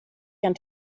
gern